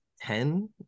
Ten